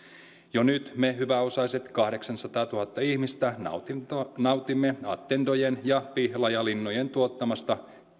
jo nyt me hyväosaiset kahdeksansataatuhatta ihmistä nautimme attendojen ja pihlajalinnojen tuottamasta